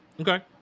Okay